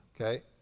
Okay